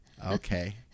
Okay